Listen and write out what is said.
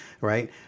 Right